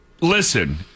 listen